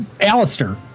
Alistair